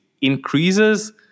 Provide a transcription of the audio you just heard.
increases